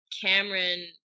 Cameron